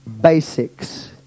Basics